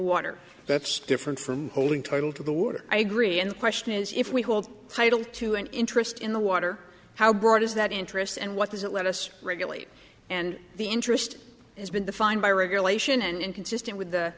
water that's different from holding title to the water i agree and the question is if we hold title to an interest in the water how broad is that interest and what does it let us regulate and the interest has been defined by regulation and consistent with the